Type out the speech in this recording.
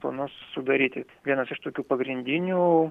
planus sudaryti vienas iš tokių pagrindinių